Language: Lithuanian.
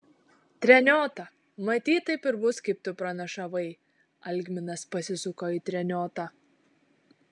treniota matyt taip ir bus kaip tu pranašavai algminas pasisuko į treniotą